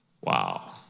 Wow